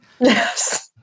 Yes